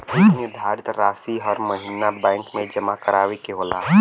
एक निर्धारित रासी हर महीना बैंक मे जमा करावे के होला